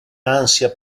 ansia